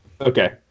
Okay